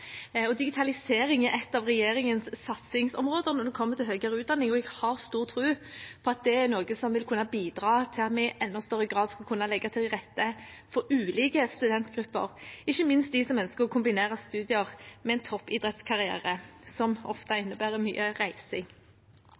Digitalisering er et av regjeringens satsingsområder når det kommer til høyere utdanning, og jeg har stor tro på at det er noe som vil kunne bidra til at vi i enda større grad skal kunne legge til rette for ulike studentgrupper, ikke minst dem som ønsker å kombinere studier med en toppidrettskarriere, som ofte innebærer mye reising.